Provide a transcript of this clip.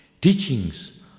teachings